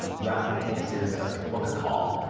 um you ask them to take a series of steps like book a call,